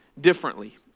differently